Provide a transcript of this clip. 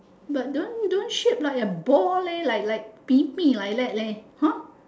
but don't don't shape like a ball leh like like pee pee like that leh hor